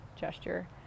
gesture